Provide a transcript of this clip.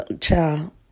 child